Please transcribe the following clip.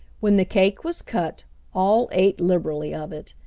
when the cake was cut all ate liberally of it.